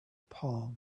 palms